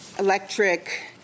Electric